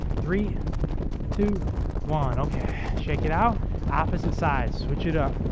three two one okay shake it out opposite sides switch it up